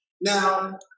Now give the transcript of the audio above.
Now